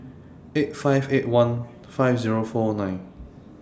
eight five eight one five Zero four nine